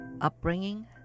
upbringing